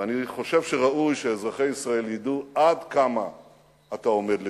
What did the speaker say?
ואני חושב שראוי שאזרחי ישראל ידעו עד כמה אתה עומד לצדנו.